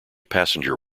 passenger